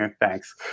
thanks